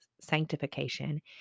sanctification